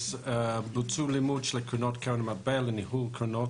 בוצע לימוד של קרנות קרן מטבע לניהול קרנות